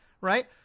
right